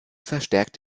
verstärkt